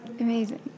Amazing